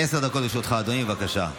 עשר דקות לרשותך, אדוני, בבקשה.